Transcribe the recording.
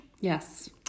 Yes